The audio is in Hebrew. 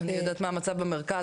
אני יודעת מה המצב במרכז,